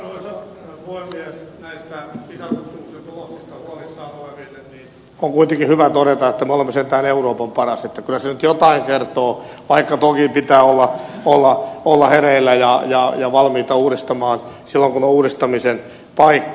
näistä pisa tutkimuksista huolissaan oleville on kuitenkin hyvä todeta että me olemme sentään euroopan paras niin että kyllä se nyt jotain kertoo vaikka toki pitää olla hereillä ja valmiita uudistamaan silloin kun on uudistamisen paikka